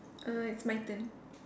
err it's my turn